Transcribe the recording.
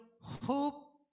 hope